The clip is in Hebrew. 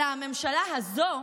הממשלה הזאת,